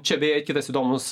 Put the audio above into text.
čia beje kitas įdomus